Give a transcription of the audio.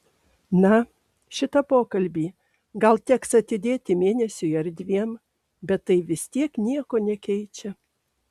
na šitą pokalbį gal teks atidėti mėnesiui ar dviem bet tai vis tiek nieko nekeičia